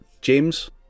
James